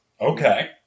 Okay